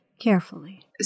carefully